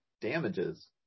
damages